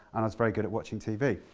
and i was very good at watching tv.